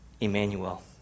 Emmanuel